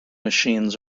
machines